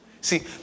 See